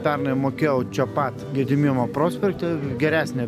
pernai mokėjau čia pat gedimino prospekte geresnė biškį